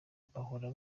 bahora